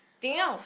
Ding-Yao